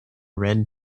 red